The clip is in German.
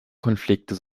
konflikte